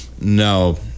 No